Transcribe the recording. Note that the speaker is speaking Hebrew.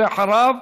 ואחריו,